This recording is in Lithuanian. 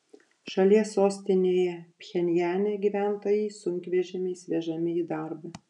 šalies sostinėje pchenjane gyventojai sunkvežimiais vežami į darbą